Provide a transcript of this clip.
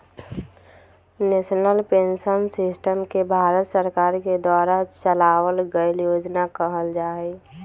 national pension system के भारत सरकार के द्वारा चलावल गइल योजना कहल जा हई